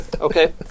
Okay